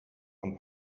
von